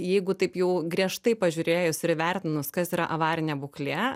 jeigu taip jau griežtai pažiūrėjus ir įvertinus kas yra avarinė būklė